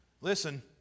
listen